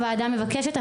הוועדה מבקשת.